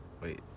wait